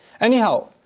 Anyhow